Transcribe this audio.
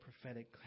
prophetic